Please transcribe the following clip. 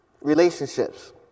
Relationships